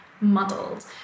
muddled